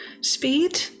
Speed